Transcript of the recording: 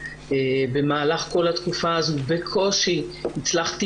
במהלך כל התקופה הזו בקושי הצלחתי